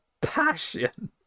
passion